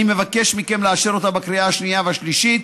אני מבקש מכם לאשר אותה בקריאה השנייה והשלישית.